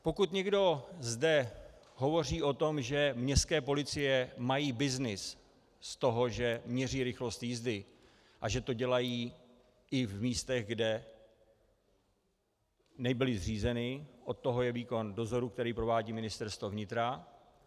Pokud zde někdo hovoří o tom, že městské policie mají byznys z toho, že měří rychlost jízdy, a že to dělají i v místech, kde nebyly zřízeny, od toho je výkon dozoru, který provádí Ministerstvo vnitra.